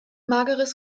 mageres